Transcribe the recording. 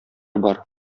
бар